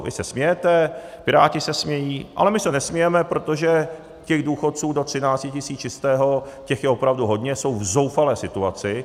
Vy se smějete, Piráti se smějí, ale my se nesmějeme, protože těch důchodců do 13 tisíc čistého je opravdu hodně, jsou v zoufalé situaci.